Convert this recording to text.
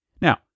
Now